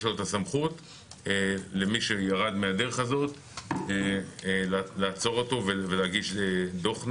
יש לו את הסמכות לעצור את מי שירד מהדרך הזאת ולהגיש דו"ח נגדו.